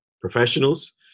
professionals